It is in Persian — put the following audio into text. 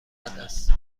است